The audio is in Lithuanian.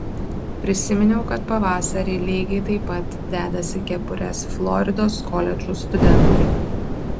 prisiminiau kad pavasarį lygiai taip pat dedasi kepures floridos koledžų studentai